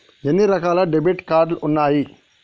ఎన్ని రకాల debit card ఉన్నాయి?